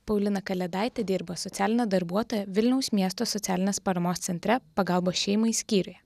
paulina kalėdaitė dirba socialine darbuotoja vilniaus miesto socialinės paramos centre pagalbos šeimai skyriuje